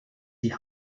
die